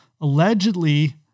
Allegedly